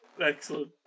excellent